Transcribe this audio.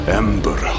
ember